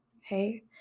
Hey